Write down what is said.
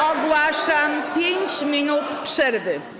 Ogłaszam 5 minut przerwy.